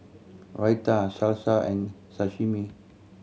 Raita Salsa and Sashimi